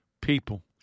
people